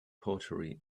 pottery